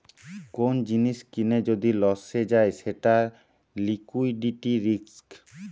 কোন জিনিস কিনে যদি লসে যায় সেটা লিকুইডিটি রিস্ক